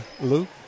Luke